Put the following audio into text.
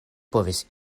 povis